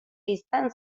izan